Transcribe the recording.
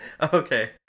Okay